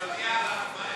גברתי, ההצבעה.